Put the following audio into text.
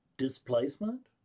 displacement